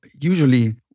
usually